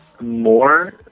more